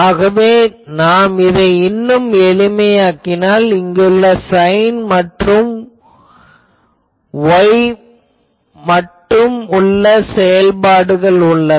ஆகவே நான் இதை இன்னும் எளிமையாக்கினால் இங்குள்ள சைன் மற்றும் Y மட்டும் உள்ள செயல்பாடுகள் உள்ளன